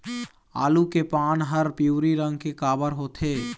आलू के पान हर पिवरी रंग के काबर होथे?